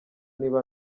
niba